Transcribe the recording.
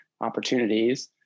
opportunities